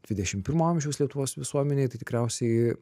dvidešim pirmo amžiaus lietuvos visuomenei tai tikriausiai